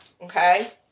Okay